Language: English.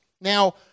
Now